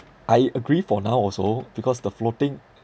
I agree for now also because the floating